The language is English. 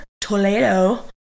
toledo